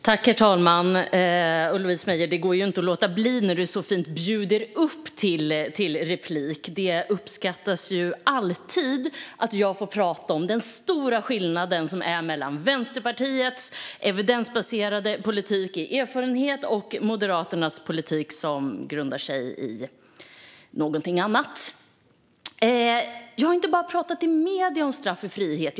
Herr talman! Det går inte att låta bli när Louise Meijer så fint bjuder upp till replik. Jag uppskattar alltid att få tala om den stora skillnaden mellan Vänsterpartiets evidensbaserade politik och Moderaternas politik som grundar sig i något annat. Jag har inte bara talat i medierna om straff i frihet.